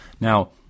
Now